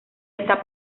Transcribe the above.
está